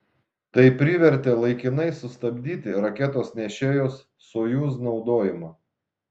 tai privertė laikinai sustabdyti raketos nešėjos sojuz naudojimą